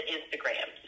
Instagram